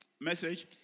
Message